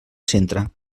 centre